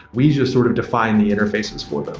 we just sort of define the interfaces for them.